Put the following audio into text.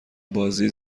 بازی